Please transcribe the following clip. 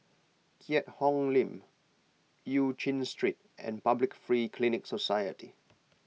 Keat Hong Link Eu Chin Street and Public Free Clinic Society